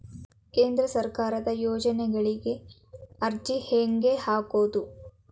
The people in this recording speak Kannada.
ಕೇಂದ್ರ ಸರ್ಕಾರದ ಯೋಜನೆಗಳಿಗೆ ಅರ್ಜಿ ಹೆಂಗೆ ಹಾಕೋದು?